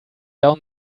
down